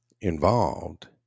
involved